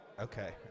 okay